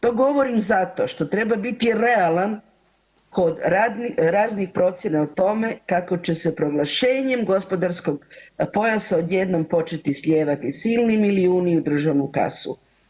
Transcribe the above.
To govorim zato što treba biti realan kod raznih procjena o tome kako će se proglašenjem gospodarskog pojasa odjednom početi sljevati silni milijuni u državnu kasu.